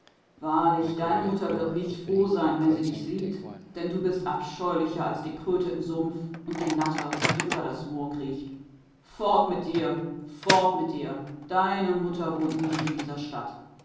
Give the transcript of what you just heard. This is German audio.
wahrhaftig deine mutter wird sich nicht freuen wenn sie dich sieht denn du bist scheußlicher als die kröte des sumpfes oder die otter die im moraste kriecht mache dich fort mache dich fort deine mutter wohnt nicht in dieser stadt